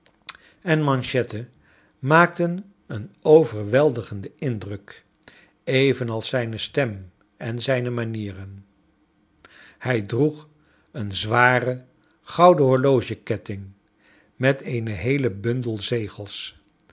en manchetten maakten een overweldigenden indruk evenals zijne stem en zijne manieren hij droeg een zwaren gouden horlogeketting met een heelen bundel zegels